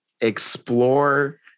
explore